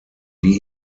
die